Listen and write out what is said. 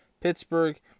Pittsburgh